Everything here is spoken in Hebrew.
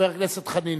חבר הכנסת דב חנין,